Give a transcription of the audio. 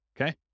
okay